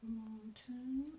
mountain